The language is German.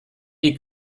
die